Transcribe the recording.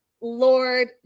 Lord